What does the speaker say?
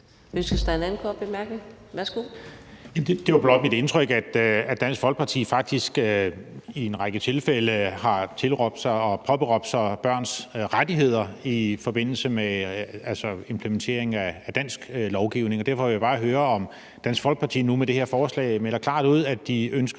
Det var blot mit indtryk, at Dansk Folkeparti faktisk i en række tilfælde har påberåbt sig børns rettigheder i forbindelse med implementering af dansk lovgivning, og derfor vil jeg bare høre, om Dansk Folkeparti nu med det her forslag melder klart ud, at de ønsker